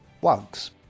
wugs